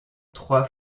trois